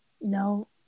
No